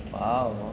!wow!